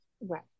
Right